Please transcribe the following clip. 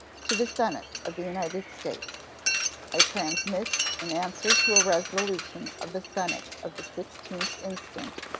to the senate of the united states i transmit, in answer to a resolution of the senate of the sixteenth instant,